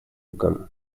югом